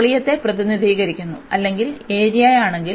ഇത് വോളിയത്തെ പ്രതിനിധീകരിക്കുന്നു അല്ലെങ്കിൽ ഏരിയയാണെങ്കിൽ